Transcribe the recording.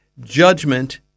Judgment